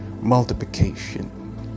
multiplication